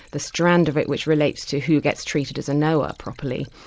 the strand of it which relates to who gets treated as a knower properly,